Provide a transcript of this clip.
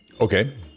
Okay